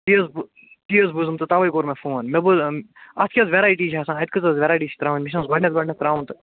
تی حظ بو تی حظ بوٗزُم تہٕ توے کوٚرُم فون مےٚ بوٗز اتھ کیاہ حظ ویٚرایٹی چھِ آسان اتھ کۭژ حظ ویٚرایٹی چھِ تراون مےٚ چھُ نہ حظ گۄڈنیٚتھ گۄڈنیٚتھ تراوُن تہٕ